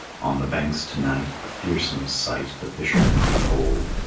on the banks to-night a fearsome sight the fishermen behold,